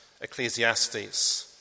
Ecclesiastes